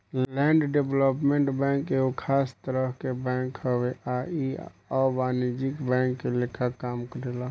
land development bank एगो खास तरह के बैंक हवे आ इ अवाणिज्यिक बैंक के लेखा काम करेला